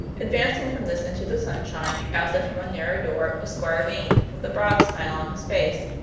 advancing from this into the sunshine, as if from a narrow door, was squire vane, with a broad smile on his face.